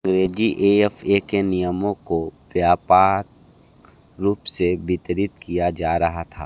अंग्रेजी ऐ एफ ए के नियमों को व्यापार रूप से वितरित किया जा रहा था